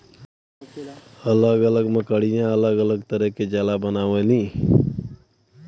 अलग अलग मकड़िया अलग अलग तरह के जाला बनावलीन